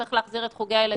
צריך להחזיר את חוגי הילדים,